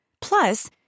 Plus